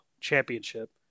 Championship